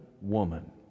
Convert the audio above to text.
woman